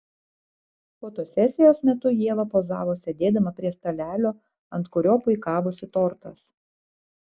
fotosesijos metu ieva pozavo sėdėdama prie stalelio ant kurio puikavosi tortas